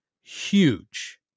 huge